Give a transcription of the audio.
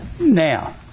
Now